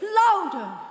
louder